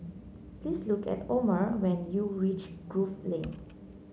please look at Omer when you reach Grove Lane